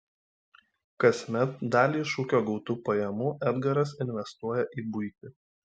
kasmet dalį iš ūkio gautų pajamų edgaras investuoja į buitį